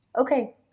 Okay